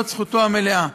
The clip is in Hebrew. זאת זכותו המלאה.